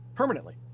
Permanently